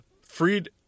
Freed